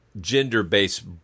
gender-based